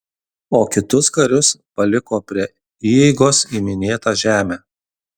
o kitus karius paliko prie įeigos į minėtą žemę